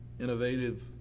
innovative